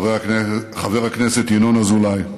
חבר הכנסת ינון אזולאי,